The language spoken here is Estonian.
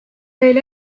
teil